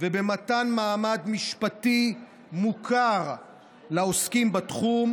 ובמתן מעמד משפטי מוכר לעוסקים בתחום,